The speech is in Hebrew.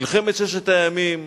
במלחמת ששת הימים,